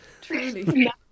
Truly